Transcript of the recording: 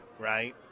right